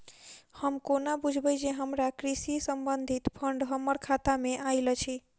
हम कोना बुझबै जे हमरा कृषि संबंधित फंड हम्मर खाता मे आइल अछि?